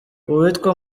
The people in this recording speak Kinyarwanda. uwitwa